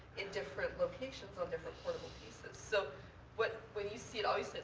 in different locations on different portable pieces. so what when you see it obviously,